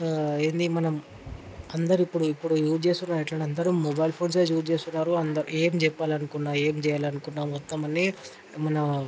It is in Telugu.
ఏంది మనం అందరు ఇప్పుడు ఇప్పుడు యూజ్ చేస్తున్న ఎట్లా అందరూ మొబైల్ ఫోన్స్ యూజ్ చేస్తున్నారు అందరు ఏం చెప్పాలనుకున్నా ఏం చేయాలనుకున్న మొత్తం అన్నీ మన